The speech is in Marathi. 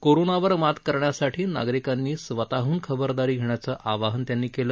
कोरोनावर मात करण्यासाठी नागरिकांनी स्वतःहन खबरदारी घेण्याचं आवाहन त्यांनी केलं